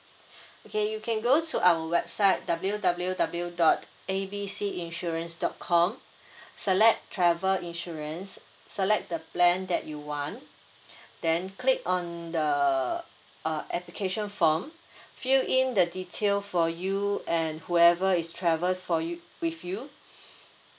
okay you can go to our website W W W dot A B C insurance dot com select travel insurance select the plan that you want then click on the uh application form fill in the detail for you and whoever is travel for you with you